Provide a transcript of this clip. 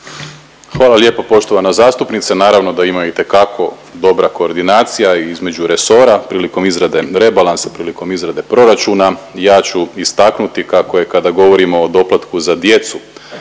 Hvala lijepo poštovana zastupnice, naravno da ima itekako dobra koordinacija između resora prilikom izrade rebalansa, prilikom izrade proračuna. Ja ću istaknuti kako je kada govorimo o doplatku za djecu